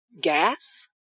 gas